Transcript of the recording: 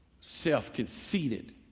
self-conceited